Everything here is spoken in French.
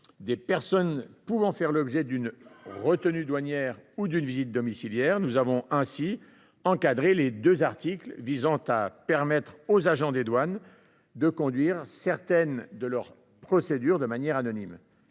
des personnes pouvant faire l’objet d’une retenue douanière ou d’une visite domiciliaire. Nous avons également encadré les deux articles qui visent à permettre aux agents des douanes de conduire certaines de leurs procédures de manière anonyme.